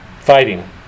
fighting